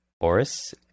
Oris